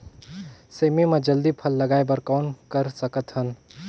सेमी म जल्दी फल लगाय बर कौन कर सकत हन?